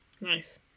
Nice